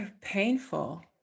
Painful